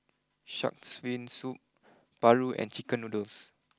shark's Fin Soup Paru and Chicken Noodles